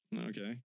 Okay